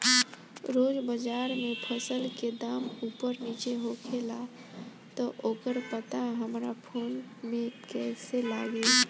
रोज़ बाज़ार मे फसल के दाम ऊपर नीचे होखेला त ओकर पता हमरा फोन मे कैसे लागी?